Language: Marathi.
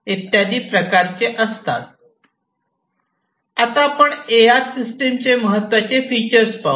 आता आपण ए आर सिस्टम चे महत्वाचे फीचर्स पाहू